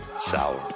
Sour